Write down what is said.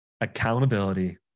Accountability